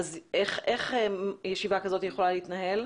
איך ישיבה כזאת ךכולה להתנהל?